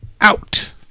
out